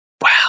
Wow